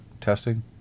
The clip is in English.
testing